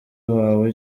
wawe